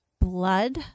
blood